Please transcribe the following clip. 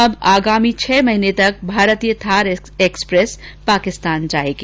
अब आगामी छह माह तक भारतीय थार एक्सप्रेस पाकिस्तान जाएगी